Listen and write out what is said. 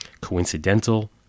Coincidental